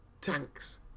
tanks